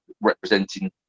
representing